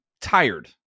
tired